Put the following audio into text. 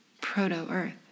proto-Earth